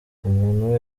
umuntu